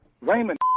Raymond